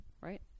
right